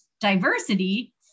diversity